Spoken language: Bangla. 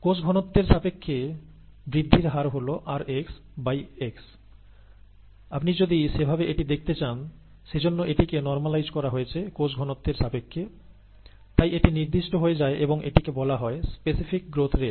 কোষ ঘনত্বের সাপেক্ষে বৃদ্ধির হার হল 'rx by x' আপনি যদি সেভাবে এটি দেখতে চান সেজন্য এটিকে নর্মালাইজ করা হয়েছে কোষঘনত্বের সাপেক্ষে তাই এটি নির্দিষ্ট হয়ে যায় এবং এটিকে বলা হয় স্পেসিফিক গ্রোথ রেট